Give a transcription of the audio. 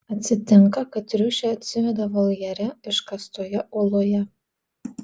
atsitinka kad triušė atsiveda voljere iškastoje uoloje